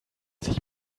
sich